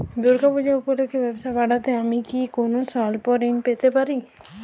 দূর্গা পূজা উপলক্ষে ব্যবসা বাড়াতে আমি কি কোনো স্বল্প ঋণ পেতে পারি?